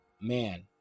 man